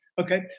Okay